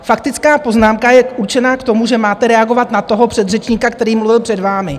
Faktická poznámka je určená k tomu, že máte reagovat na toho předřečníka, který mluvil před vámi.